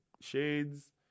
shades